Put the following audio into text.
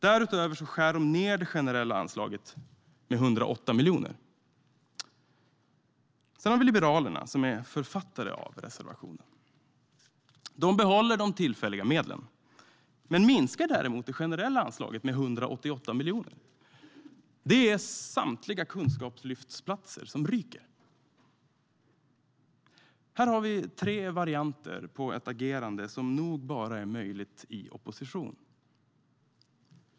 Därutöver skär de ned det generella anslaget med 108 miljoner. Detsamma gäller Liberalerna, som är författare till reservationen. De behåller de tillfälliga medlen men minskar däremot det generella anslaget med 188 miljoner. Det är samtliga kunskapslyftsplatser som ryker. Här har vi tre varianter på ett agerande som nog bara är möjligt i opposition.